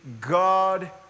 God